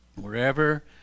wherever